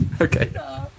okay